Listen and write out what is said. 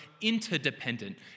interdependent